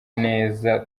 neza